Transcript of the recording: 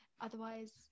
otherwise